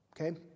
Okay